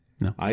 No